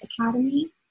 Academy